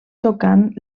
tocant